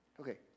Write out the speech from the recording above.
Okay